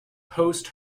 post